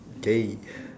gay